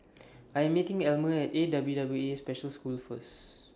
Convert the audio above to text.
I'm meeting Almer At A W W A Special School First